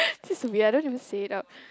this weird I don't even say it out